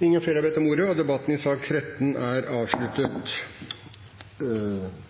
Flere har ikke bedt om ordet til sak nr. 13. Sakene nr. 14–19 er